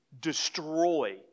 destroy